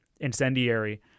incendiary